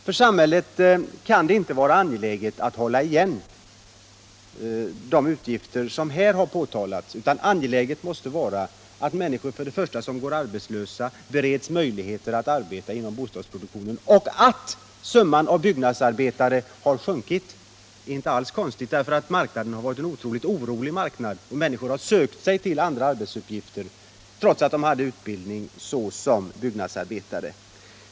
För samhället kan det inte vara angeläget att hålla igen de utgifter som här har påtalats, utan angeläget måste först och främst vara att människor som går arbetslösa bereds möjligheter att arbeta inom bostadsproduktionen. Att summan av byggnadsarbetare har sjunkit är inte alls konstigt, för marknaden har varit otroligt orolig och människor har sökt sig till andra arbetsuppgifter trots att de har utbildning såsom byggnadsarbetare.